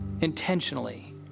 intentionally